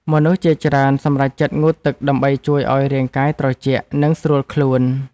មនុស្សជាច្រើនសម្រេចចិត្តងូតទឹកដើម្បីជួយឱ្យរាងកាយត្រជាក់ និងស្រួលខ្លួន។